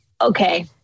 Okay